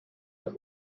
das